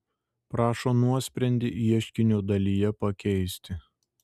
prašo nuosprendį ieškinio dalyje pakeisti